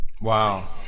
Wow